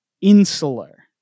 insular